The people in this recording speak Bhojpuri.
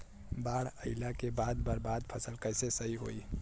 बाढ़ आइला के बाद बर्बाद फसल कैसे सही होयी?